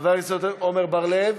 חבר הכנסת עמר בר-לב,